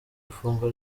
ifungwa